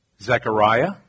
Zechariah